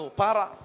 para